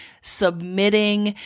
submitting